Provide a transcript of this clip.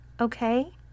okay